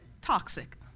toxic